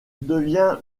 devient